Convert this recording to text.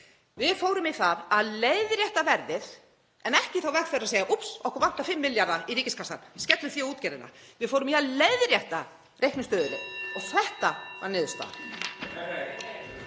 Við fórum í það að leiðrétta verðið en ekki þá vegferð að segja: Úps, okkur vantar 5 milljarða í ríkiskassann. Skellum því á útgerðina. Við fórum í að leiðrétta reiknistuðulinn og þetta var niðurstaðan.